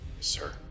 sir